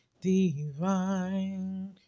divine